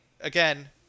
again